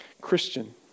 Christian